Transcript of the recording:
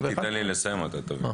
רק תיתן לי לסיים, תבין.